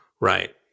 Right